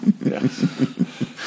Yes